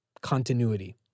Continuity